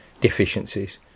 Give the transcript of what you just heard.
deficiencies